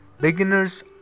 Beginners